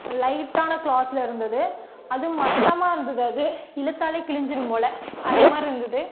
லைட்டான க்ளாதில் இருந்துது அதுவும் மட்டமாக இருந்துது அது இழுத்தாலே கிழிஞ்சிரும் போல் அது மாதிரி இருந்தது